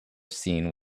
scene